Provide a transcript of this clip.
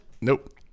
Nope